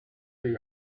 too